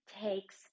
takes